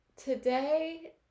Today